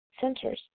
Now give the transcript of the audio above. centers